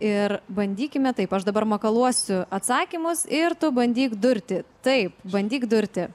ir bandykime taip aš dabar makaluosiu atsakymus ir tu bandyk durti taip bandyk durti